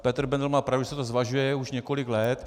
Petr Bendl má pravdu, že se to zvažuje už několik let.